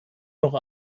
noch